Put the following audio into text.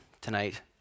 tonight